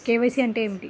KYC అంటే ఏమి?